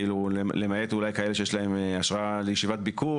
למעט אולי כאלה שיש להם אשרה לישיבת ביקור